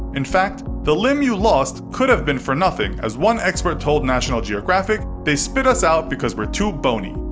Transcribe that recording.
in fact, that limb you lost could have been for nothing, as one expert told national geographic, they spit us out because we're too bony.